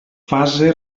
fase